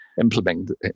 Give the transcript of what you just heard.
implementing